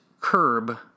curb